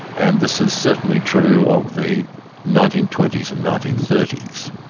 and this is certainly true of the nineteen twenty s and nineteen thirty s.